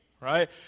Right